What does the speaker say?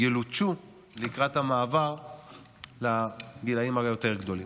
ילוטשו לקראת המעבר לגילים היותר-גדולים.